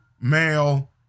male